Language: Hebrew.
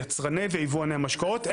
יצרני ויבואני המשקאות.